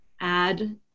add